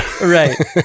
Right